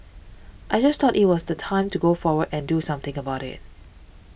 I just thought it was the time to go forward and do something about it